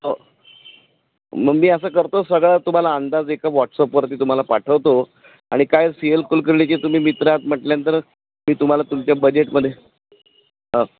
हो मग मी असं करतो सगळं तुम्हाला अंदाज एका वॉट्सअपवरती तुम्हाला पाठवतो आणि काय सि एल कुलकर्णीचे तुम्ही मित्र आहात म्हटल्यानंतर मी तुम्हाला तुमच्या बजेटमध्ये ह